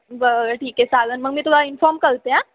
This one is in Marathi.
बरं ठीक आहे चालेल मग मी तुला इन्फॉम करते हां